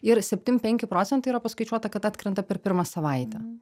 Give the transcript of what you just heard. ir septim penki procentai yra paskaičiuota kad atkrenta per pirmą savaitę